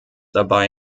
dabei